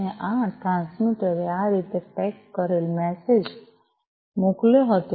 અને આ ટ્રાન્સમિટરે આ રીતે પેક કરેલ મેસેજ મોકલ્યો હતો